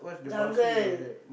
jungle